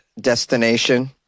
destination